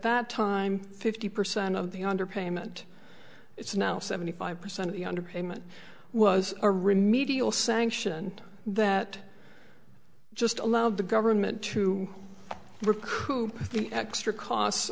that time fifty percent of the underpayment it's now seventy five percent of the underpayment was a remedial sanction that just allowed the government to recoup the extra costs